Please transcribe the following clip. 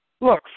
Look